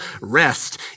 rest